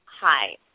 Hi